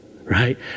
right